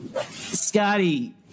Scotty